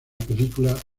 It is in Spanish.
película